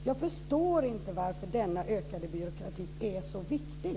Jag förstår inte varför denna ökade byråkrati är så viktig.